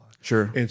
Sure